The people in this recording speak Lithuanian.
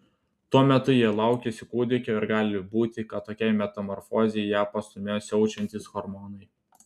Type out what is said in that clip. tuo metu ji laukėsi kūdikio ir gali būti kad tokiai metamorfozei ją pastūmėjo siaučiantys hormonai